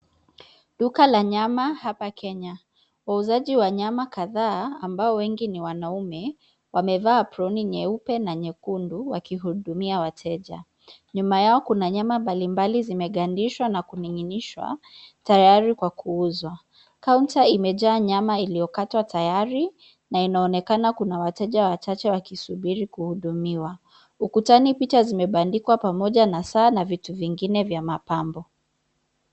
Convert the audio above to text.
Duka la nyama hapa Kenya; wauzaji wa nyama kadhaa ambao wengi ni wanaume, wamevaa aproni nyeupe na nyekundu wakihudumia wateja. Nyuma yao kuna nyama mbalimbali zimegandishwa na kuninginishwa tayari kwa kuuzwa. Kaunta imejaa nyama iliyokatwa tayari na inaonekana kuna wateja wachache wakisubiri kuhudumiwa. Ukutani picha zimebandikwa pamoja na saa na vitu vingine vya mapambo.